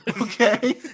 Okay